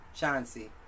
Chauncey